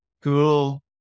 Cool